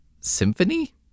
Symphony